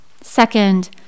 Second